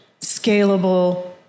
scalable